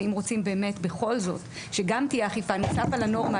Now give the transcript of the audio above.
אם רוצים באמת בכל זאת שגם תהיה אכיפה נוסף על הנורמה,